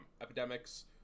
epidemics